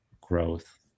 growth